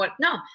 No